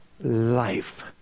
Life